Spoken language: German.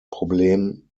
problem